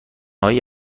هایی